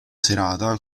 serata